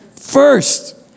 First